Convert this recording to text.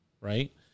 right